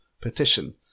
petition